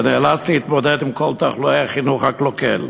נאלץ להתמודד עם תחלואי החינוך הקלוקל.